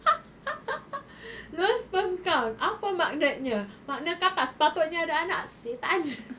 low sperm count apa maknanya makna kau tak sepatutnya ada anak setan